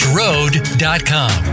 road.com